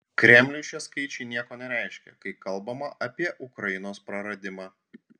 kremliui šie skaičiai nieko nereiškia kai kalbama apie ukrainos praradimą